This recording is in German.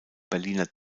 berliner